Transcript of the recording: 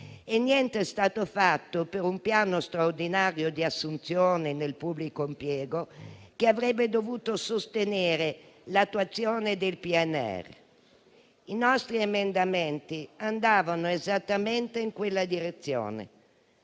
Niente è stato fatto per un piano straordinario di assunzioni nel pubblico impiego, che avrebbe dovuto sostenere l'attuazione del PNRR. I nostri emendamenti andavano esattamente in quella direzione,